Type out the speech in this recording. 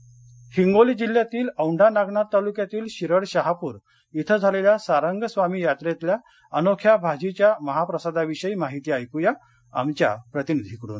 सारंग स्वामी यात्रा हिंगोली हिंगोली जिल्ह्यातील औढा नागनाथ तालुक्यातील शिरड शहापूर श्वीं झालेल्या सारंग स्वामी यात्रेतल्या अनोख्या भाजीच्या महाप्रसादाविषयी माहिती ऐक्या आमच्या प्रतिनिधीकडून